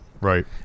Right